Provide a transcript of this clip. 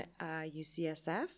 UCSF